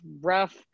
rough